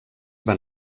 van